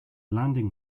landing